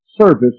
service